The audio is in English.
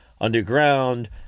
underground